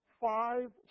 five